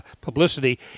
publicity